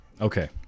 Okay